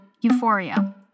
Euphoria